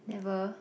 never